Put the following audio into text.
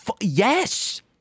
yes